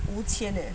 五千 eh